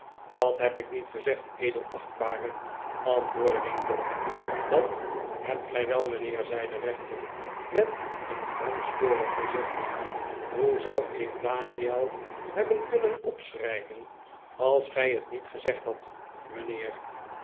dat heb ik niet gezegd edelachtbare antwoordde winkle dat hebt gij wel mijnheer zei de rechter met een gramstorig gezicht hoe zou ik daniel hebben kunnen opschrijven als gij het niet gezegd hadt mijnheer